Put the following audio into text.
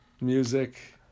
music